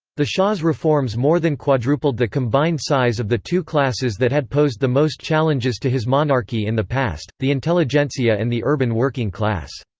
the shah's reforms more than quadrupled the combined size of the two classes that had posed the most challenges to his monarchy in the past the intelligentsia and the urban working class.